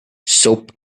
soap